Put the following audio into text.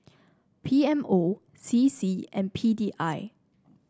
P M O C C and P D I